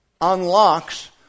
unlocks